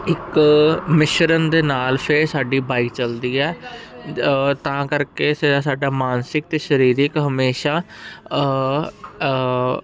ਇੱਕ ਮਿਸ਼ਰਨ ਦੇ ਨਾਲ ਫਿਰ ਸਾਡੀ ਬਾਈਕ ਚੱਲਦੀ ਹੈ ਤਾਂ ਕਰਕੇ ਸਾ ਸਾਡਾ ਮਾਨਸਿਕ ਅਤੇ ਸਰੀਰਕ ਹਮੇਸ਼ਾ